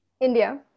India